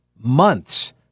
months